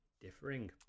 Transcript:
differing